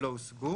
לא הושגו